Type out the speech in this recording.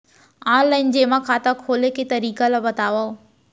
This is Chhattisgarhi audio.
ऑनलाइन जेमा खाता खोले के तरीका ल बतावव?